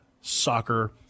soccer